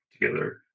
together